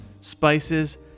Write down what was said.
spices